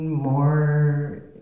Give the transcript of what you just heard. more